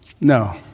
no